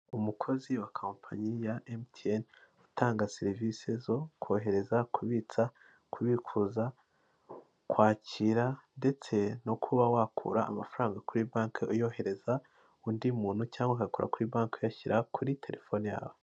Umukozi wa kompanyi ya MTN, utanga serivisi zo kohereza, kubitsa, kubikuza, kwakira, ndetse no kuba wakura amafaranga kuri banke uyohereza, undi muntu cyangwa ugakura kuri banki uyashyira kuri telefone yawe.